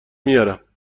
میارم